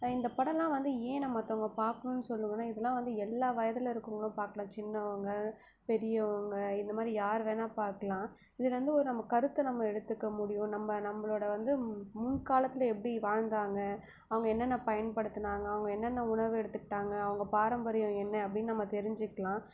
இந்தப் படம்லாம் வந்து ஏன் மற்றவங்க பார்க்கணும் சொல்லுவேன்னா இதெல்லாம் வந்து எல்லா வயதில் இருக்கறவங்களும் பார்க்கலாம் சின்னவங்க பெரியவங்க இந்த மாதிரி யார் வேணா பார்க்கலாம் இதுலேருந்து ஒரு நம்ம கருத்தை நம்ம எடுத்துக்க முடியும் நம்ம நம்மளோடய வந்து முன்காலத்தில் எப்படி வாழ்ந்தாங்க அவங்க என்னென்ன பயன்படுத்தினாங்க அவங்க என்னென்ன உணவு எடுத்துக்கிட்டாங்க அவங்க பாரம்பரியம் என்ன அப்படின்னு நம்ம தெரிஞ்சுக்கலாம்